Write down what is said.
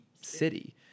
city